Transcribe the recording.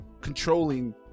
controlling